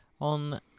On